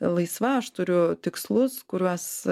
laisva aš turiu tikslus kuriuos